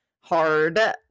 hard